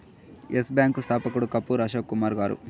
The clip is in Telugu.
ఎస్ బ్యాంకు స్థాపకుడు కపూర్ అశోక్ కుమార్ గారు